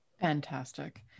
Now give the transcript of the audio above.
Fantastic